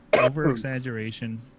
over-exaggeration